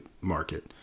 market